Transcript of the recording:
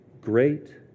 great